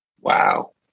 Wow